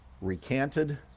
recanted